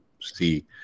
see